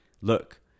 look